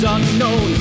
Unknown